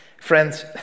Friends